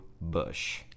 Bush